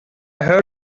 heard